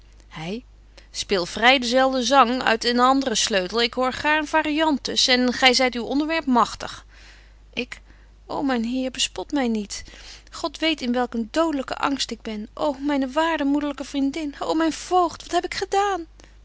zang uit eenen andren sleutel ik hoor gaarn variantes en gy zyt uw onderwerp magtig ik ô myn heer bespot my niet god weet in welk een dodelyken angst ik ben ô myne waarde moederlyke vriendin ô myn voogd wat heb ik gedaan